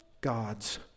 God's